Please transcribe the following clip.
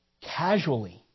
casually